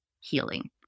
healing